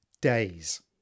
days